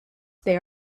they